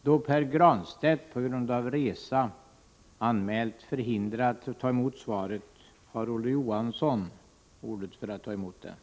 Då Pär Granstedt på grund av resa är förhindrad att ta emot svaret ger jag ordet till Olof Johansson.